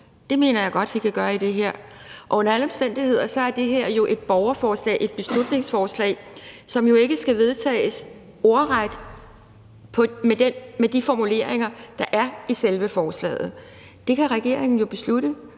Det mener jeg godt vi kan gøre i det her, og under alle omstændigheder er det her et borgerforslag, et beslutningsforslag, som jo ikke skal vedtages ordret med de formuleringer, der er i selve forslaget. Det kan regeringen jo beslutte